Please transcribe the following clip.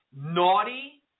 naughty